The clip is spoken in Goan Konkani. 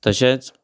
तशेंच